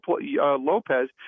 Lopez